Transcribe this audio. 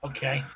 Okay